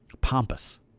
pompous